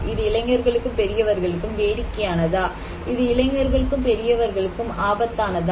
இது இளைஞர்களுக்கும் பெரியவர்களுக்கும் வேடிக்கையானதா இது இளைஞர்களுக்கும் பெரியவர்களுக்கும் ஆபத்தானதா